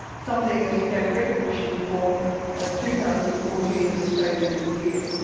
something that he gained recognition for as two thousand and fourteen australian of the year.